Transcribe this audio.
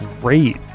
great